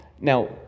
Now